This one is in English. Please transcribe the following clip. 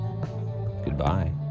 Goodbye